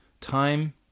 time